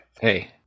Hey